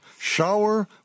Shower